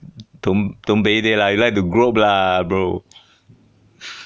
从东北的 lah like the group lah bro